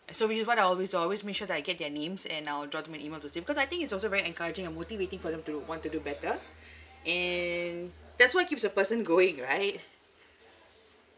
so which is what I always do I always make sure that I get their names and I'll drop them an email to say because I think it's also very encouraging and motivating for them to do want to do better and that's what keeps a person going right